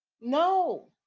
no